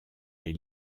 les